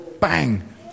Bang